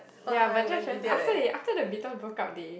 ya but George is after they after the Beatles broke up they